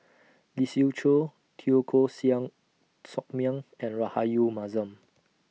Lee Siew Choh Teo Koh Siang Sock Miang and Rahayu Mahzam